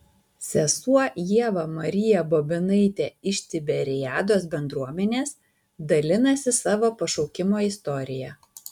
sesuo ieva marija bobinaitė iš tiberiados bendruomenės dalinasi savo pašaukimo istorija